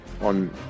on